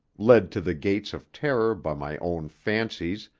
led to the gates of terror by my own fancies,